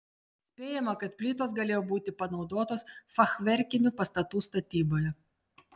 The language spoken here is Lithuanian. spėjama kad plytos galėjo būti panaudotos fachverkinių pastatų statyboje